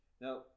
Now